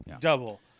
double